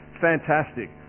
Fantastic